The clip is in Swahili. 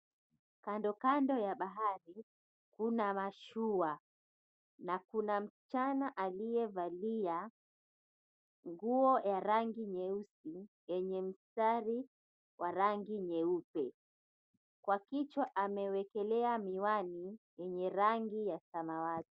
Kandokando ya bahari kuna mashua na kuna msichana aliyevalia nguo ya rangi nyeusi yenye mstari wa rangi nyeupe. Kwa kichwa amewekelea miwani yenye rangi ya samawati.